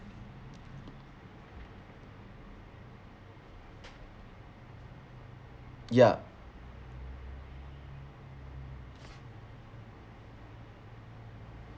ya